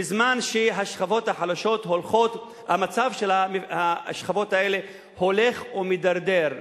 בזמן שהמצב של השכבות החלשות הולך ומידרדר?